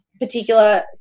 particular